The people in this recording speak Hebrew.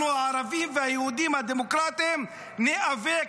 אנחנו הערבים והיהודים הדמוקרטים ניאבק